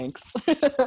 Thanks